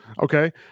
Okay